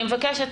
אני מבקשת,